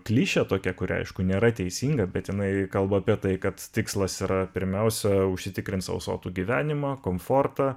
klišė tokia kuri aišku nėra teisinga bet jinai kalba apie tai kad tikslas yra pirmiausia užsitikrint sau sotų gyvenimą komfortą